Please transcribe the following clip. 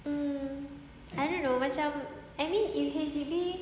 mm I don't know macam I mean if H_D_B